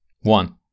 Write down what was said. One